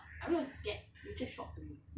I'm not scared just shock